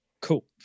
Cool